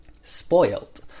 spoiled